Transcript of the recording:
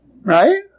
Right